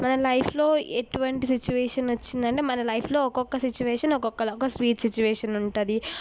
మన లైఫ్లో ఎటువంటి సిచువేషన్ వచ్చిందంటే మన లైఫ్లో ఒక్కొక్క సిచువేషన్ ఒక్కొక్కలా ఒక స్వీట్ సిచువేషన్ ఉంటుంది